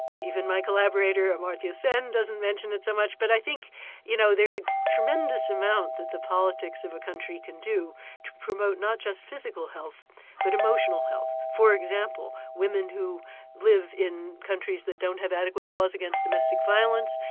even my collaborator amartya sen doesn't mention it so much, but i think you know, there's a tremendous amount that the politics of a country can do to promote not just physical health but emotional health. for example, women who live in countries that don't have adequate laws against domestic violence,